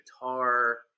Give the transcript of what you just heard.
guitar